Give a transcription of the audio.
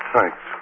Thanks